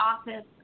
office